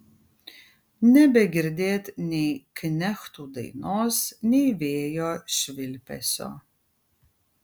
nebegirdėt nei knechtų dainos nei vėjo švilpesio